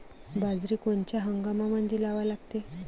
बाजरी कोनच्या हंगामामंदी लावा लागते?